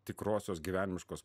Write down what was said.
tikrosios gyvenimiškos